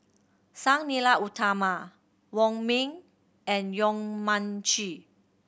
Sang Nila Utama Wong Ming and Yong Mun Chee